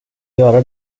göra